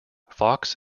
fox